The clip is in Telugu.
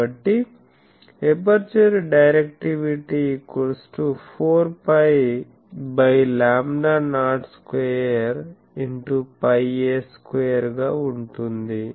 కాబట్టి ఎపర్చరు డైరెక్టివిటీ 4π λo2πa2 గా ఉంటుంది